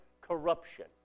corruption